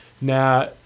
Now